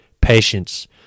patience